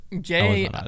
Jay